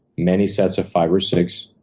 many sets of five or six,